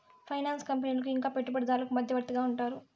finance కంపెనీలకు ఇంకా పెట్టుబడిదారులకు మధ్యవర్తిగా ఉంటారు